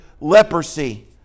Leprosy